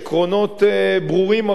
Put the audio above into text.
עקרונות ברורים הרבה יותר.